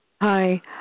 Hi